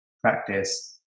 practice